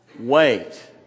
wait